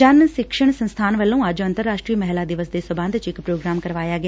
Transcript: ਜਨ ਸਿਕਸ਼ਣ ਸੰਸਥਾਨ ਵੱਲੋਂ ਅੱਜ ਅੰਤਰ ਰਾਸ਼ਟਰੀ ਮਹਿਲਾ ਦਿਵਸ ਦੇ ਸਬੰਧ ਚ ਇਕ ਪ੍ਰੋਗਰਾਮ ਕਰਾਇਆ ਗਿਆ